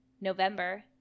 November